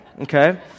okay